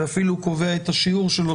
והוא אפילו קובע את השיעור שלו,